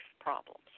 problems